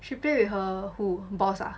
she play with her who boss ah